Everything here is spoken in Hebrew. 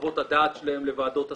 חוות הדעת שלהם לוועדות הסל,